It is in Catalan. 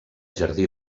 jardí